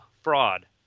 fraud